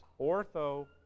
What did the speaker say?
ortho